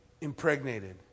impregnated